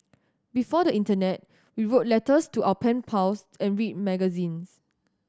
before the internet we wrote letters to our pen pals and read magazines